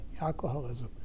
alcoholism